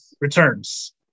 returns